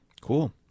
Cool